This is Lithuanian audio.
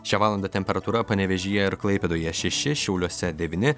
šią valandą temperatūra panevėžyje ir klaipėdoje šeši šiauliuose devyni